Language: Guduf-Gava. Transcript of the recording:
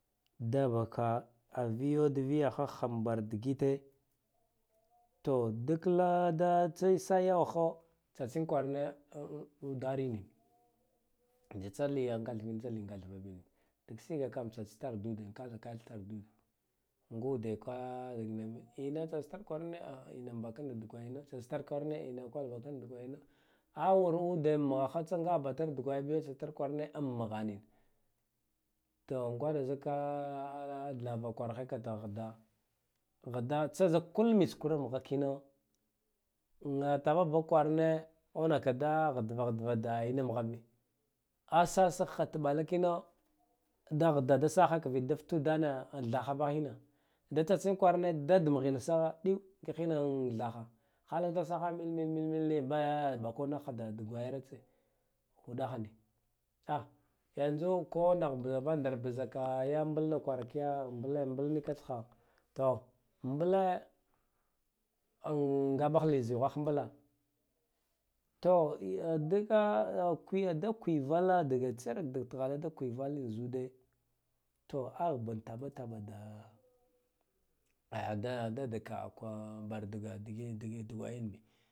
Da vaka a viyod viya ha han bar digite to duk da sa yawa ha tsatsin kwarane uderena yi tsa li gathrin ko li gathva bin biya digsiga kan tsa tsi tsar da ude katha katha itar dude ngo de ka man ina tsatsi tar kwarane ina ba kanda dugwaya na tsa tsi tar kwarane nga ina bakanda dugwaya na a wur ude mugha hatsa ngaha batira dugwaya biye tsa tsitar kwarane in mugha niya to ngwada zakka lava kwarahai ka ta ghida tsaghida tsa zak kul mits kur in mugha kina taba biya ka kwarane ka da ghidiva ghidva di na in mugha biya a sat sig ha tubala kina da ghida da saha kivid da fatudane in thaha bine da tsa tsin kwarane dad mugha ne sa bit ngihine thaha halak da saha milmil niya baye bako naha dugwayartsa udah niya a yanzu ko nagh bvandar bizak ya mibil na kwara kiye mbille mbil nika tsaha in ngabah li zighwabile to ndika da kwivala dige tse rak dig tighale za ude agh biya taba taba da kin bar diga digwayen bi